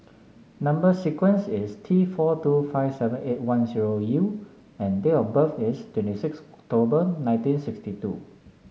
number sequence is T four two five seven eight one zero U and date of birth is twenty six October nineteen sixty two